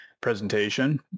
presentation